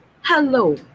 Hello